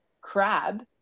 crab